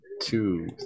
two